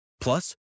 Plus